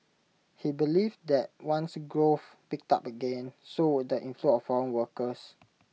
he believed that once growth picked up again so would the inflow of foreign workers